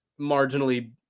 marginally